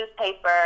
newspaper